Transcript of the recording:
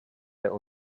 der